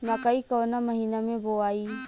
मकई कवना महीना मे बोआइ?